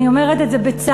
אני אומרת את זה בצער.